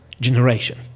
generation